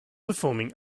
performing